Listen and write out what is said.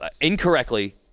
incorrectly